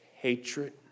Hatred